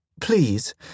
Please